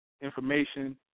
information